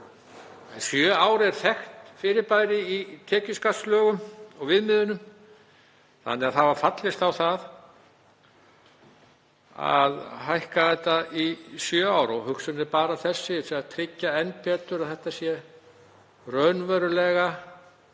sjö ár eru þekkt fyrirbæri í tekjuskattslögum og viðmiðunum þannig að fallist var á að hækka þetta í sjö ár. Hugsunin er bara sú að tryggja enn betur að þetta sé raunverulega